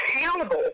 accountable